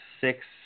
six